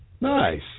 Nice